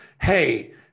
hey